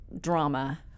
drama